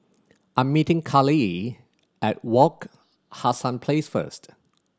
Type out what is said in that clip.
I'm meeting Carlyle at Wak Hassan Place first